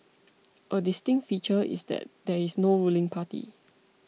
a distinct feature is that there is no ruling party